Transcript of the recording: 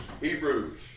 Hebrews